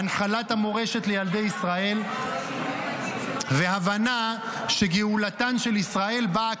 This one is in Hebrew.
הנחלת המורשת לילדי ישראל והבנה שגאולתן של ישראל באה